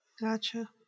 Gotcha